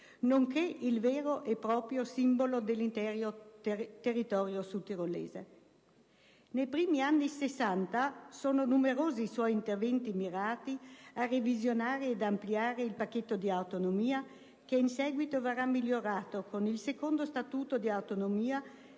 nonché il vero e proprio simbolo dell'intero territorio sudtirolese. Nei primi anni Sessanta sono numerosi i suoi interventi mirati a revisionare ed ampliare il pacchetto di autonomia, che in seguito verrà migliorato con il secondo Statuto di autonomia